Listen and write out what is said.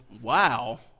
Wow